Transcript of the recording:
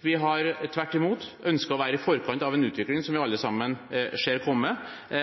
vi har tvert imot ønsket å være i forkant av en utvikling som vi alle sammen ser komme,